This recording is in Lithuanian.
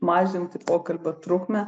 mažinti pokalbio trukmę